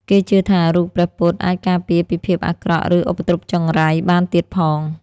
គេជឿថារូបព្រះពុទ្ធអាចការពារពីភាពអាក្រក់ ឬឧបទ្រុពចង្រៃបានទៀតផង។